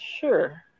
Sure